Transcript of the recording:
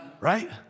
right